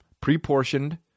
pre-portioned